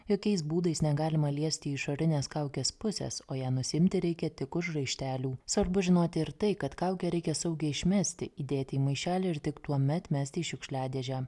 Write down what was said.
jokiais būdais negalima liesti išorinės kaukės pusės o ją nusiimti reikia tik už raištelių svarbu žinoti ir tai kad kaukę reikia saugiai išmesti įdėti į maišelį ir tik tuomet mesti į šiukšliadėžę